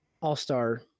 All-Star